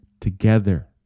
together